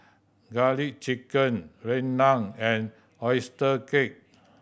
Garlic Chicken rendang and oyster cake